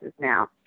now